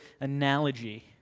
analogy